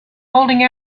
holding